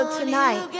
tonight